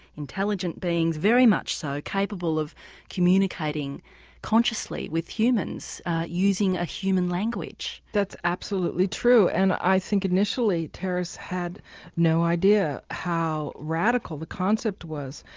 intelligent beings, very much so, capable of communicating consciously with humans using a human language. that's absolutely true and i think initially terrace had no idea how radical the concept was,